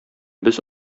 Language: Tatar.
без